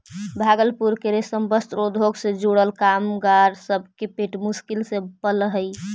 भागलपुर के रेशम वस्त्र उद्योग से जुड़ल कामगार सब के पेट मुश्किल से पलऽ हई